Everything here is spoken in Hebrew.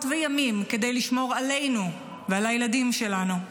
וימים כדי לשמור עלינו ועל הילדים שלנו.